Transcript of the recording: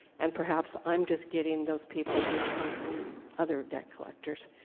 and perhaps i am just getting those people who come from other debt collectors.